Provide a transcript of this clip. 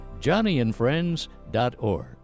johnnyandfriends.org